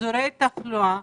באזורי תחלואה